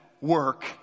work